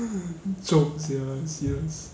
joke sia serious